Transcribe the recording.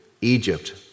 Egypt